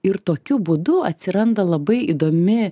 ir tokiu būdu atsiranda labai įdomi